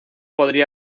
podría